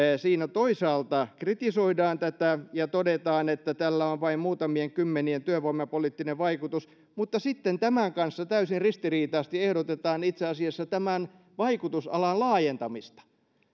siinä toisaalta kritisoidaan tätä ja todetaan että tällä on vain muutamien kymmenien henkilöiden työvoimapoliittinen vaikutus mutta tämän kanssa täysin ristiriitaisesti ehdotetaan itse asiassa tämän vaikutusalan laajentamista